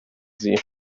sie